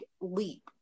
leap